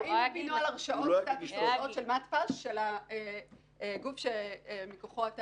האם על פי נוהל הרשאות של הגוף שמכוחו אתה